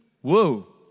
Whoa